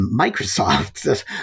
Microsoft